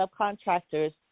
subcontractors